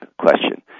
question